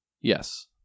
Yes